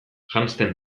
janzten